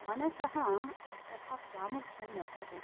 मनसः तथा प्रामुख्यं वर्तते